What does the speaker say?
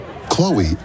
Chloe